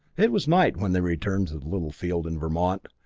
it was night when they returned to the little field in vermont.